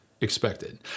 Expected